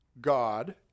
God